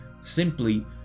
simply